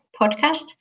podcast